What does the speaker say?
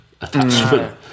attachment